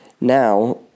Now